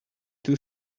two